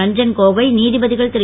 ரஞ்சன் கோகோய் நீதிபதிகள் திரு